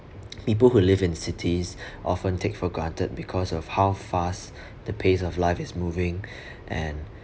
people who live in cities often take for granted because of how fast the pace of life is moving and